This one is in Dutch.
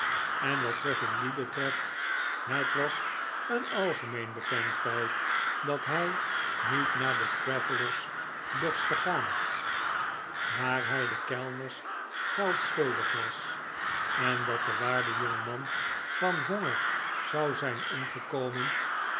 en wat trufflgny betreft het was een algemeen bekend feit dat hij niet naar de travellers dorst te gaan waar hij de kellners geld schuldig was en dat de waarde jonge man van honger zou zijn omgekomen